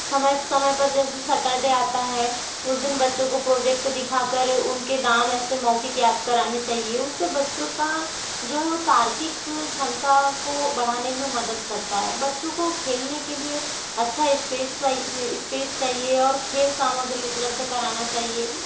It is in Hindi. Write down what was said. समय समय पर जैसे सटरडे आता है उस दिन बच्चों को प्रोजेक्ट दिखा कर उनके नाम ऐसे मौखिक याद कराने चाहिए उससे बच्चों का जो है वो तार्किक क्षमता को बढ़ाने में मदद करता है बच्चों को खेलने के लिए अच्छा स्पेस स्पेस चाहिए और खेल सामग्री उपलब्ध कराना चाहिए